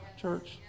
church